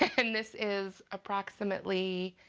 and this is approximately,